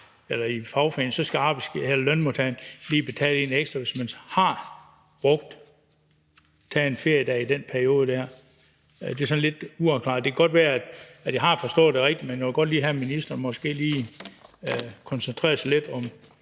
eller i fagforeningen. Skal lønmodtageren så lige betale 1 ekstra dag, hvis man har brugt eller taget 1 feriedag i den periode der? Det er sådan lidt uafklaret. Det kan godt være, at jeg har forstået det rigtigt, men jeg vil godt have, at ministeren måske lige koncentrerer sig lidt om